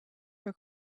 her